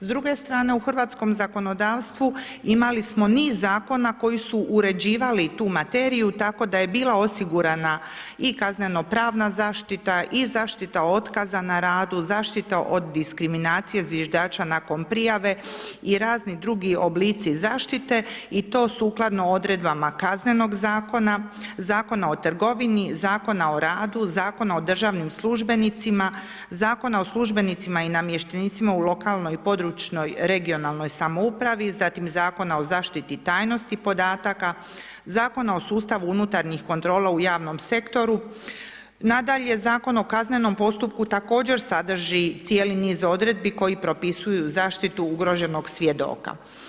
S druge strane u hrvatskom zakonodavstvu, imali smo niz zakona koji su uređivali tu materiju, tako da je bila osigurana i kazneno pravna zaštita i zaštita otkaza na radu, zaštita od diskriminacije zviždača nakon prijave, i radni drugi oblici zaštite i to sukladno odredbama Kaznenog zakona, Zakona o trgovini, Zakona o radu, Zakona o državnim službenicima, Zakona o službenicima i namještenicima u lokalnoj i područnoj regionalnoj samoupravi, zatim Zakona o zaštiti tajnosti podataka, Zakon o sustavu unutarnjih kontrola u javnom sektoru, Zakon o Kaznenom postupku također sadrži cijeli niz odredbi koji propisuju zaštitu ugroženog svjedoka.